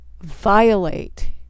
violate